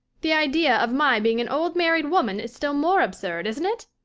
the idea of my being an old married woman is still more absurd, isn't it?